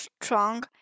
strong